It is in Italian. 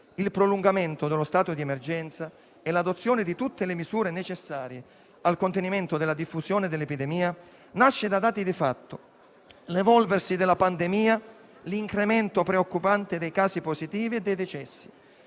Il prolungamento dello stato di emergenza e l'adozione di tutte le misure necessarie al contenimento della diffusione dell'epidemia nasce da dati di fatto relativi all'evolversi della pandemia e all'incremento preoccupante dei casi positivi e dei decessi.